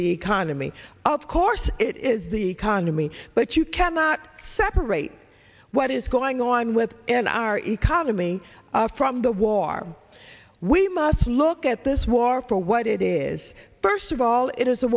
the economy of course it is the economy but you cannot separate what is going on with in our economy from the war we must look at this war for what it is first of all it is a